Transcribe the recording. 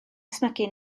ysmygu